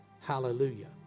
hallelujah